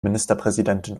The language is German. ministerpräsidentin